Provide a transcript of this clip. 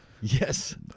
Yes